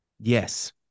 yes